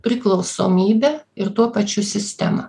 priklausomybę ir tuo pačiu sistemą